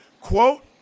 Quote